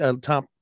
top